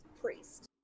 priest